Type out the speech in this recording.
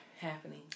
happening